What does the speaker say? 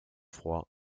froid